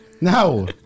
No